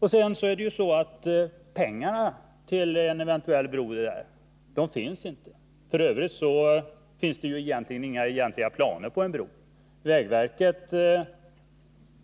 Vidare är det så att pengarna till en eventuell bro inte finns. F. ö. finns det inga egentliga planer på en bro. Vägverket